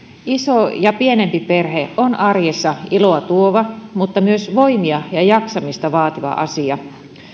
iso ja pienempi perhe on arjessa iloa tuova mutta myös voimia ja jaksamista vaativa asia